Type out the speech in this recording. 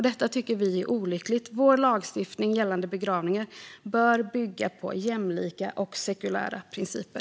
Det tycker vi är olyckligt. Vår lagstiftning gällande begravningar bör bygga på jämlika och sekulära principer.